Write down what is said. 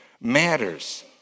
matters